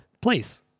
Please